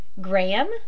Graham